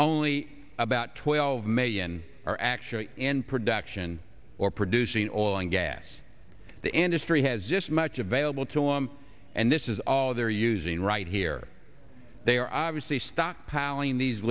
only about twelve million are actually in production or producing oil and gas the end history has just much available to law and this is all they're using right here they are obviously stockpiling these